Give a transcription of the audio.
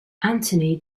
antony